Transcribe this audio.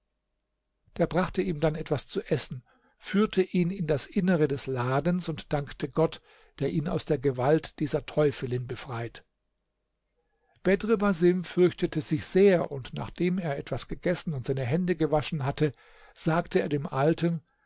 er brachte ihm dann etwas zu essen führte ihn in das innere des ladens und dankte gott der ihn aus der gewalt dieser teufelin befreit bedr basim fürchtete sich sehr und nachdem er etwas gegessen und seine hände gewaschen hatte sagte er dem alten